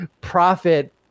profit